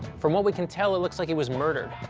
from what we can tell, it looks like he was murdered,